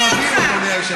אדוני היושב-ראש,